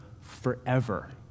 forever